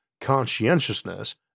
conscientiousness